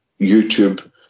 YouTube